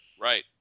right